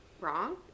wrong